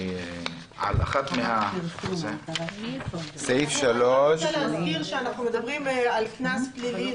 על אחת --- אני רק רוצה להסביר שאנחנו מדברים על קנס פלילי.